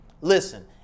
listen